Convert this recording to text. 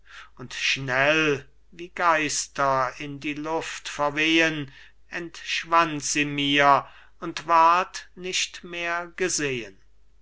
und schnell wie geister in die luft verwehen entschwand sie mir und ward nicht mehr gesehen